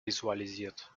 visualisiert